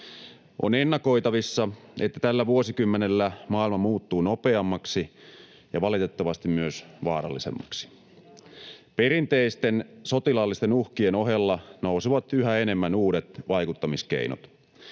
On ennakoitavissa, että tällä vuosikymmenellä maailma muuttuu nopeammaksi ja valitettavasti myös vaarallisemmaksi. Perinteisten sotilaallisten uhkien ohella nousevat yhä enemmän uudet vaikuttamiskeinot.